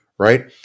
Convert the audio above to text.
Right